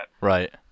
right